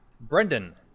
Brendan